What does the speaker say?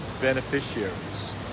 beneficiaries